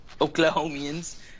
Oklahomians